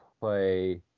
play